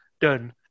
done